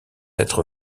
être